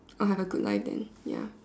I'll have a good life then ya